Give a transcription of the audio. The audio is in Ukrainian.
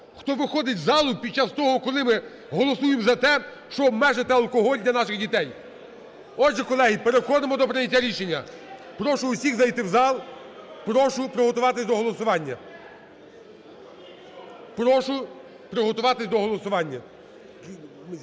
хто виходить з залу під час того, коли ми голосуємо за те, щоб обмежити алкоголь для наших дітей? Отже, колеги, переходимо до прийняття рішення. Прошу всіх зайти в зал. Прошу приготуватися до голосування. Прошу приготуватись до голосування.